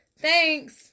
Thanks